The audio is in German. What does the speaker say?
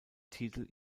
titel